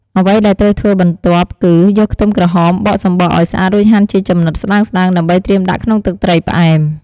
អ្វីដែលត្រូវធ្វើបន្ទាប់គឺ យកខ្ទឹមក្រហម បកសំបកឱ្យស្អាតរួចហាន់ជាចំណិតស្ដើងៗ ដើម្បីត្រៀមដាក់ក្នុងទឹកត្រីផ្អែម។